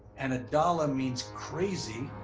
and adala means crazy,